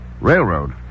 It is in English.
Railroad